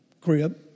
crib